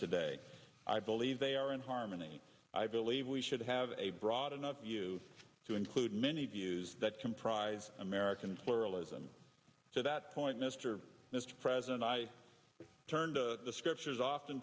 today i believe they are in harmony i believe we should have a broad enough you to include many views that comprise american pluralism so that point mr president i turn to the scriptures often